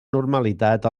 normalitat